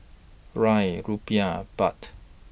Riel Rupiah Baht